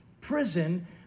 prison